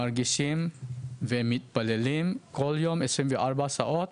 מרגישים והם מתפללים כל יום 24 שעות.